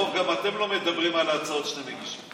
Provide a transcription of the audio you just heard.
לרוב גם אתם לא מדברים על ההצעות שאתם מגישים.